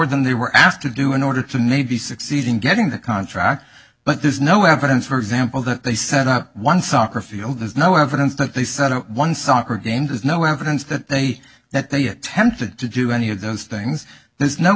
than they were asked to do in order to maybe succeed in getting the contract but there's no evidence for example that they set up one soccer field there's no evidence that they said one soccer game there's no evidence that they that they attempted to do any of those things there's no